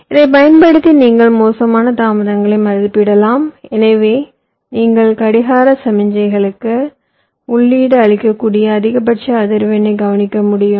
இதைப் பயன்படுத்தி நீங்கள் மோசமான தாமதங்களை மதிப்பிடலாம் எனவே நீங்கள் கடிகார சமிக்ஞைக்கு உள்ளீடு அளிக்கக்கூடிய அதிகபட்ச அதிர்வெண்ணை கணிக்க முடியும்